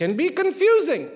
can be confusing